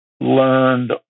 learned